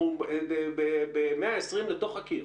אנחנו ב-120 לתוך הקיר.